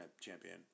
champion